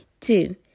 Two